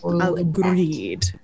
agreed